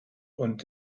und